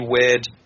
weird